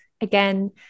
again